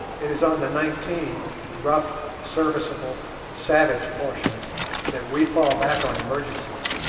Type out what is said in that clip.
it is on the nineteen rough serviceable savage portions that we fall back on emergencies,